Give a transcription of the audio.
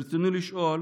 ברצוני לשאול: